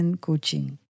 Coaching